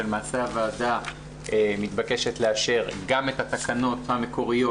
אני אומר שלמעשה הוועדה מתבקשת לאשר גם את התקנות המקוריות